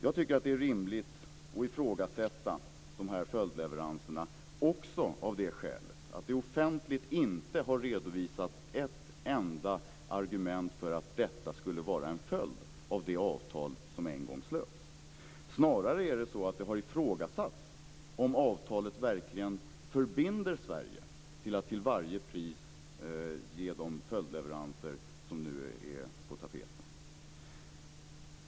Jag tycker att det är rimligt att ifrågasätta följdleveranserna också av det skälet att det inte offentligt har redovisats ett enda argument för att detta skulle vara en följd av det avtal som en gång slöts. Snarare har det ifrågasatts om avtalet verkligen förbinder Sverige att till varje pris ge de följdleveranser som nu är på tapeten.